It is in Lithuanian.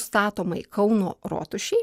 statomai kauno rotušei